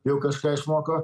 jau kažką išmoko